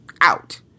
out